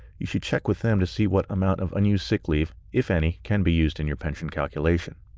you should check with them to see what amount of unused sick leave, if any, can be used in your pension calculation.